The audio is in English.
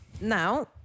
Now